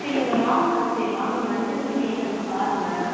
சரி நீங்கள் வாங்க ஃபர்ஸ்ட்டு வாங்க வந்து நீங்கள் நேரில் வந்து பாருங்கள்